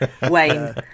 Wayne